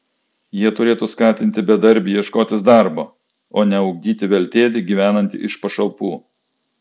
jie turėtų skatinti bedarbį ieškotis darbo o ne ugdyti veltėdį gyvenantį iš pašalpų